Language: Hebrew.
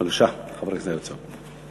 בבקשה, חבר הכנסת הרצוג.